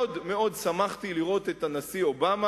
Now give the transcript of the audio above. מאוד מאוד שמחתי לראות את הנשיא אובמה